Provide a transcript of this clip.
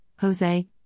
Jose